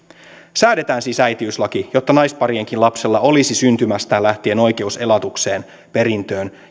säädetään siis äitiyslaki jotta naisparienkin lapsilla olisi syntymästään lähtien oikeus elatukseen perintöön ja